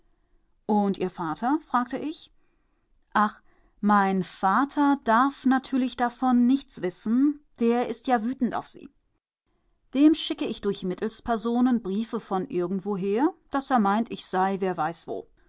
und ihr vater fragte ich ach mein vater darf natürlich davon nichts wissen der ist ja wütend auf sie dem schicke ich durch mittelspersonen briefe von irgendwoher daß er meint ich sei wer weiß